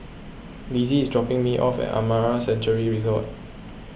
Lizzie is dropping me off at Amara Sanctuary Resort